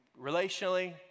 relationally